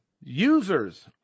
users